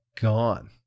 gone